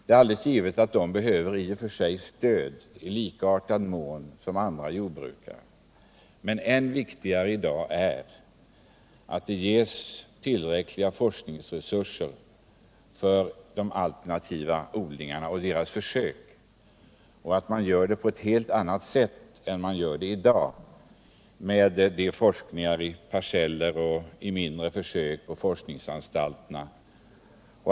I och för sig behöver de hjälp i samma mån som andra jordbrukare. Men i dag är det än viktigare att det skapas tillräckliga forskningsresurser för försök med alternativa odlingsformer. Det bör ske på ett helt annat sätt än i dag, då man sysslar med forskning i parceller och mindre försök på forskningsanstalterna.